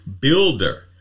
Builder